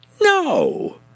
No